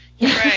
Right